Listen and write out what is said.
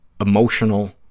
emotional